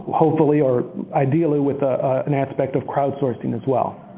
hopefully or ideally with ah an aspect of crowdsourcing as well.